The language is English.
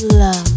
love